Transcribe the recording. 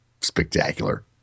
spectacular